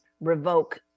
revoke